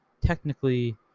technically